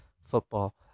football